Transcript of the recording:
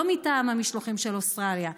לא מטעם המשלוחים של אוסטרליה,